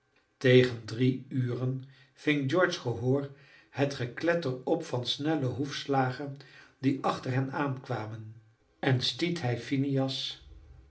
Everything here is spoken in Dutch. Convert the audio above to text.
tegen drie uren ving george's gehoor het gekletter op van snelle hoefslagen die achter hen aankwamen en stiet hij phineas